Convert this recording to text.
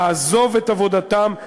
לעזוב את עבודתם,